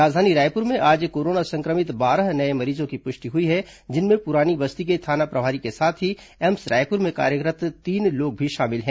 राजधानी रायपुर में आज कोरोना संक्रमित बारह नये मरीजों की पुष्टि हुई है जिनमें पुरानी बस्ती के थाना प्रभारी के साथ ही एम्स रायपुर में कार्यरत् तीन लोग भी शामिल हैं